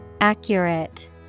Accurate